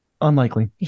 Unlikely